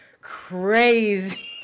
crazy